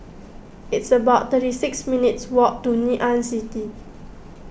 it's about thirty six minutes' walk to Ngee Ann City